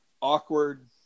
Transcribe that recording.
awkward